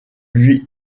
lui